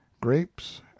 grapes